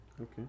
Okay